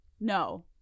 no